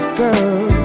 girl